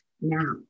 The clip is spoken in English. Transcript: now